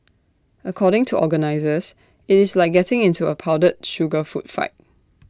according to organisers IT is like getting into A powdered sugar food fight